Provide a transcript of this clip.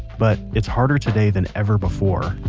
but, it's harder today than ever before